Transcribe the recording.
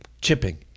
Chipping